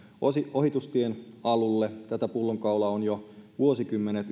ohitustien alulle tätä pullonkaulaa on jo vuosikymmenet